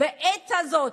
בעת הזאת